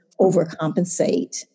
overcompensate